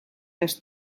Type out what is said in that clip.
els